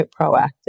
proactive